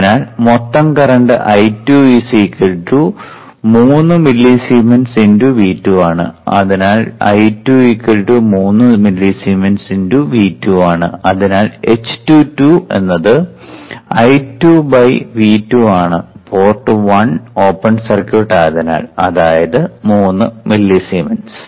അതിനാൽ മൊത്തം current I2 3 millisiemens × V2 ആണ് അതിനാൽ I2 3 മില്ലിസീമെൻസ് × V2 ആണ് അതിനാൽ h22 I2 V2 ആണ് പോർട്ട് 1 ഓപ്പൺ സർക്യൂട്ട് ആയതിനാൽ അതായത് 3 മില്ലിസീമെൻസ്